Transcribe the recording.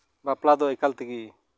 ᱵᱟᱯᱞᱟ ᱫᱚ ᱮᱠᱟᱞ ᱛᱮᱜᱮ